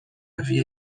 روی